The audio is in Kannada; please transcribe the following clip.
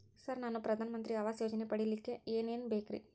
ಸರ್ ನಾನು ಪ್ರಧಾನ ಮಂತ್ರಿ ಆವಾಸ್ ಯೋಜನೆ ಪಡಿಯಲ್ಲಿಕ್ಕ್ ಏನ್ ಏನ್ ಬೇಕ್ರಿ?